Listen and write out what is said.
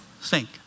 Sink